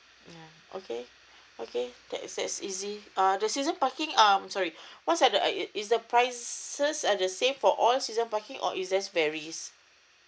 ya okay okay that's that's easy uh the season parking um sorry what's that uh it is the prices are the same for all season parking or it's just varies